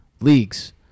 leagues